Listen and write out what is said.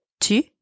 Tu